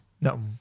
No